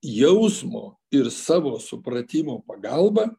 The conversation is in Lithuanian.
jausmo ir savo supratimo pagalba